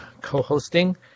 co-hosting